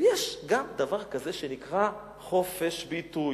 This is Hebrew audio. ויש גם דבר כזה שנקרא חופש ביטוי.